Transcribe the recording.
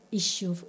issue